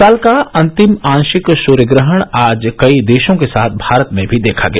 साल का अंतिम आंशिक सूर्य ग्रहण आज कई देशों के साथ भारत में भी देखा गया